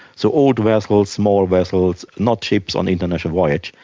so old vessels, small vessels, not ships on international voyages,